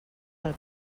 del